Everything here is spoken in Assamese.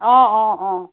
অঁ অঁ অঁ